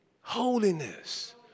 Holiness